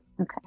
Okay